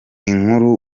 inkuru